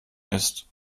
ist